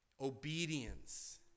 obedience